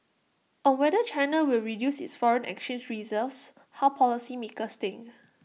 on whether China will reduce its foreign exchange reserves how policymakers think